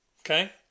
Okay